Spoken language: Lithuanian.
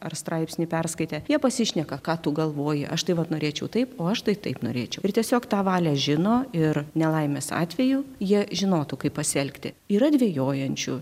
ar straipsnį perskaitė jie pasišneka ką tu galvoji aš tai vat norėčiau taip o aš tai taip norėčiau ir tiesiog tą valią žino ir nelaimės atveju jie žinotų kaip pasielgti yra dvejojančių